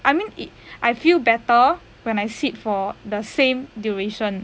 I mean it I feel better when I sit for the same duration